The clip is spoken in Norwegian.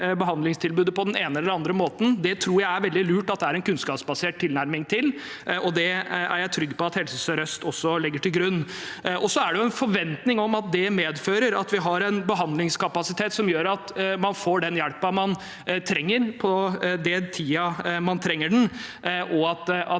behandlingstilbudet på den ene eller andre måten. Det tror jeg det er veldig lurt at det er en kunnskapsbasert tilnærming til, og det er jeg trygg på at Helse sør-øst også legger til grunn. Det er en forventning om at det medfører at vi har en behandlingskapasitet som gjør at man får den hjelpen man trenger, på den tiden man trenger den, og at